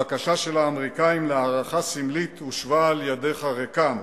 הבקשה של האמריקנים להארכה סמלית הושבה על-ידיך ריקם.